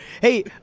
Hey